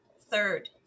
third